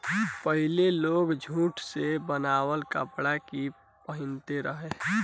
पहिले लोग जुट से बनावल कपड़ा ही पहिनत रहे